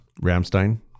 ramstein